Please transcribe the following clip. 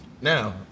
Now